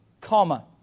Comma